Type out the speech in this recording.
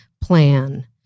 plan